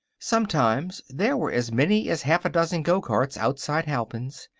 sometimes there were as many as half a dozen gocarts outside halpin's,